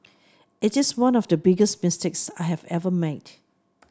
it is one of the biggest mistakes I have ever made